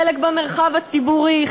חלק במרחב הציבורי,